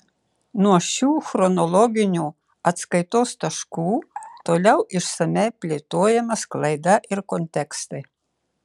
nuo šių chronologinių atskaitos taškų toliau išsamiai plėtojama sklaida ir kontekstai